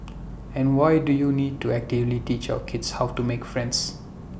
and why do you need to actively teach our kids how to make friends